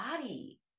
body